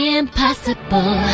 impossible